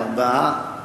ארבעה,